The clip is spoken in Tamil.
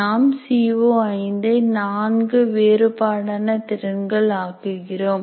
நாம் சி ஓ5 ஐ 4 வேறுபாடான திறன்கள் ஆக்குகிறோம்